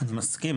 אני מסכים,